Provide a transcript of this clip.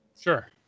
Sure